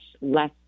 less